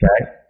Okay